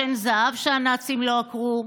שן זהב שהנאצים לא עקרו,